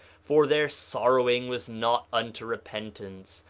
for their sorrowing was not unto repentance,